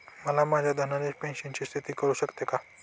मला माझ्या धनादेश पेमेंटची स्थिती कळू शकते का?